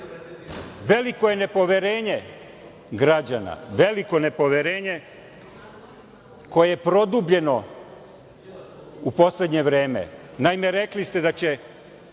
Maler. Veliko je nepoverenje građana, veliko nepoverenje koje je produbljeno u poslednje vreme.